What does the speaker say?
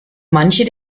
manche